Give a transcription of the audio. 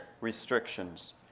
restrictions